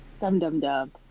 Dum-dum-dum